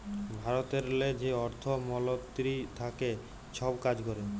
ভারতেরলে যে অর্থ মলতিরি থ্যাকে ছব কাজ ক্যরে